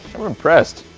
i'm impressed!